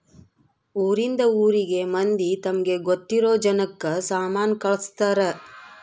ಊರಿಂದ ಊರಿಗೆ ಮಂದಿ ತಮಗೆ ಗೊತ್ತಿರೊ ಜನಕ್ಕ ಸಾಮನ ಕಳ್ಸ್ತರ್